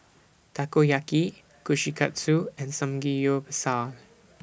Takoyaki Kushikatsu and Samgeyopsal